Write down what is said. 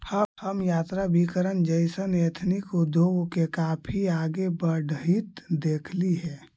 हम यात्राभिकरण जइसन एथनिक उद्योग के काफी आगे बढ़ित देखली हे